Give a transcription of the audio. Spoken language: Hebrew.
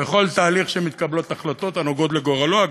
בכל תהליך שמתקבלות החלטות הנוגעות בגורלו.